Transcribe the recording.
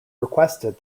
requested